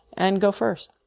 and go first.